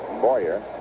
Boyer